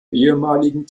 ehemaligen